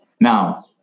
Now